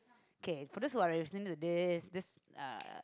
okay for those who are listening to this this uh